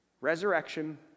Resurrection